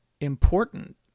important